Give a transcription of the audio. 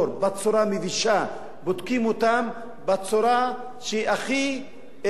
בודקים אותם בצורה שהיא הכי פוגעת ומעליבה,